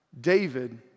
David